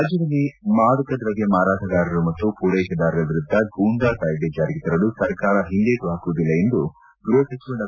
ರಾಜ್ಯದಲ್ಲಿ ಮಾದಕ ದ್ರವ್ಯ ಮಾರಾಟಗಾರರು ಮತ್ತು ಪೂರೈಕೆದಾರರ ವಿರುದ್ಧ ಗೂಂಡಾ ಕಾಯ್ದೆ ಜಾರಿಗೆ ತರಲು ಸರ್ಕಾರ ಹಿಂದೇಟು ಹಾಕುವುದಿಲ್ಲ ಎಂದು ಗೃಹಸಚಿವ ಡಾ